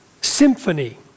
symphony